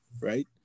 right